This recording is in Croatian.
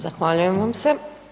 Zahvaljujem vam se.